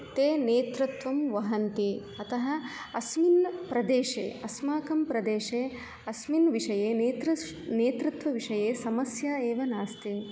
ते नेतृत्वं वहन्ति अतः अस्मिन् प्रदेशे अस्माकं प्रदेशे अस्मिन् विषये नेतृश् नेतृत्वविषये समस्या एव नास्ति